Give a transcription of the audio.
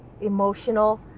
emotional